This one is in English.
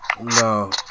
No